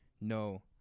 No